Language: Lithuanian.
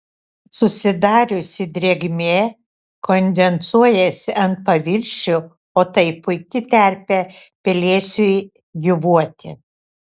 susidariusi drėgmė kondensuojasi ant paviršių o tai puiki terpė pelėsiui gyvuoti